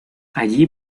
allí